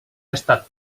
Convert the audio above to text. estat